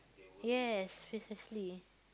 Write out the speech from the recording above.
yes precisely